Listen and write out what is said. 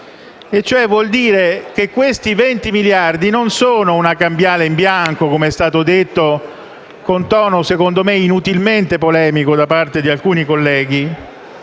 ciò vuol dire che questi 20 miliardi non sono una cambiale in bianco, come è stato detto, con tono secondo me inutilmente polemico, da parte di alcuni colleghi,